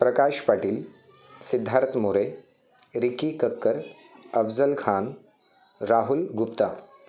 Prakash Patil Siddharth More Ricky Kakkar Afzal Khan Rahul Gupta